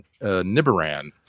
Nibiran